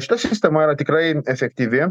šita sistema yra tikrai efektyvi